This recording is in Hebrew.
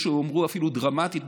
יש שאפילו יאמרו דרמטית,